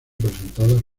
presentadas